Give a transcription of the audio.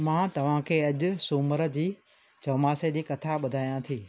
मां तव्हांखे अॼु सूमर जी चौमासे जी कथा ॿुधायां थी